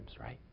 right